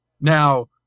Now